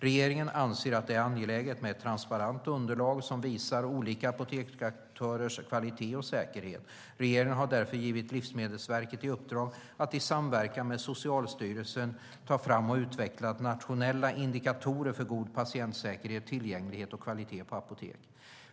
Regeringen anser att det är angeläget med ett transparent underlag som visar olika apoteksaktörers kvalitet och säkerhet. Regeringen har därför givit Läkemedelsverket i uppdrag att i samverkan med Socialstyrelsen ta fram och utveckla nationella indikatorer för god patientsäkerhet, tillgänglighet och kvalitet på apotek.